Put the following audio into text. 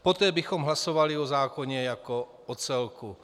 Poté bychom hlasovali o zákoně jako o celku.